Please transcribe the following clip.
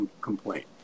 complaint